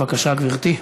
בבקשה, גברתי.